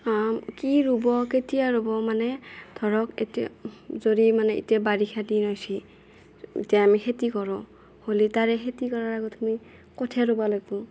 কি ৰুব কেতিয়া ৰুব মানে ধৰক এতিয়া যদি মানে এতিয়া বাৰিষা দিন আহিছে এতিয়া আমি খেতি কৰোঁ হ'লে তাৰে খেতি কৰাৰ আগত আমি কঠীয়া ৰুব লাগিব